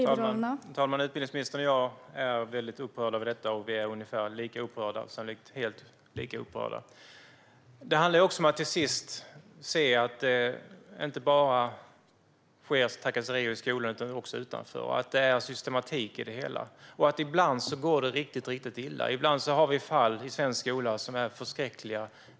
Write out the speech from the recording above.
Fru talman! Utbildningsministern och jag är väldigt upprörda över detta. Vi är sannolikt lika upprörda. Det handlar även om att till sist se att det inte bara sker trakasserier i skolan utan också utanför, att det är systematik i det hela och att det ibland går riktigt, riktigt illa. Ibland har vi fall i svensk skola som är förskräckliga.